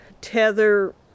tether